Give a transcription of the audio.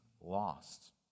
lost